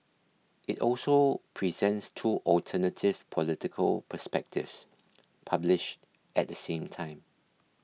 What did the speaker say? it also presents two alternative political perspectives published at the same time